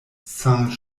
saint